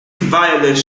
violence